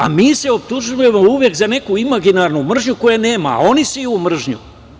A mi se optužujemo uvek za neku imaginarnu mržnju koje nema, a oni seju mržnju.